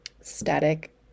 static